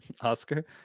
Oscar